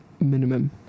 minimum